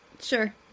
Sure